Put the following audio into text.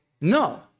no